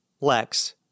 Lex